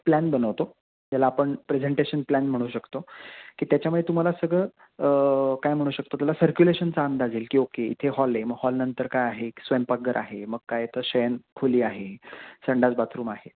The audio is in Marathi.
प्लॅन बनवतो ज्याला आपण प्रेझंटेशन प्लॅन म्हणू शकतो की त्याच्यामुळे तुम्हाला सगळं काय म्हणू शकतो त्याला सर्क्युलेशन चा अंदाज येईल की ओके इथे हॉल आहे मग हॉल नंतर काय आहे स्वयंपाकघर आहे मग काय तर शयनखोली आहे संडास बाथरूम आहे